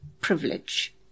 privilege